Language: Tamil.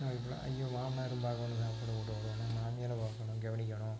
அங்கேயும் மாமனாரும் பார்க்கணும் சாப்பாடு போட்டு கொடுக்கணும் மாமியாரை பார்க்கணும் கவனிக்கணும்